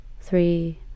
Three